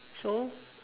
so